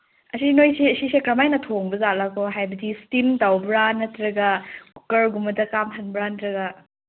ꯑꯁꯤ ꯅꯣꯏꯁꯤ ꯁꯤꯁꯦ ꯀꯃꯥꯏꯅ ꯊꯣꯡꯕꯖꯥꯠꯂ ꯍꯥꯏꯕꯗꯤꯀꯣ ꯍꯥꯏꯕꯗꯤ ꯏꯁꯇꯤꯝ ꯇꯧꯕ꯭ꯔꯥ ꯅꯠꯇ꯭ꯔꯒ ꯀꯨꯀꯔꯒꯨꯝꯕꯗ ꯀꯥꯝꯍꯟꯕ꯭ꯔꯥ ꯅꯠꯇ꯭ꯔꯒ